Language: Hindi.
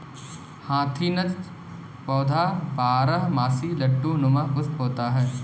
हाचीनथ पौधा बारहमासी लट्टू नुमा पुष्प होता है